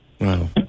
Wow